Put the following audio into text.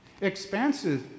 expansive